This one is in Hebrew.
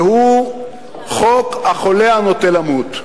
שהוא חוק החולה הנוטה למות.